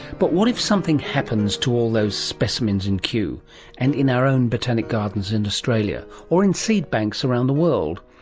but what if something happens to all those specimens in kew and in our own botanic gardens in australia, or in seed banks around the world?